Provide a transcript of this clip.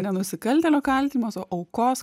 ne nusikaltėlio kaltinimas o aukos